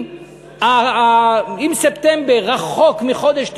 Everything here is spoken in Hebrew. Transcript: אם ספטמבר רחוק מחודש תשרי,